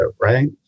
right